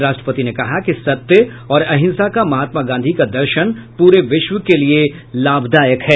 राष्ट्रपति ने कहा कि सत्य और अहिंसा का महात्मा गांधी का दर्शन पूरे विश्व के लिए लाभदायक है